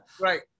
Right